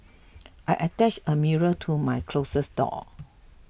I attached a mirror to my closet door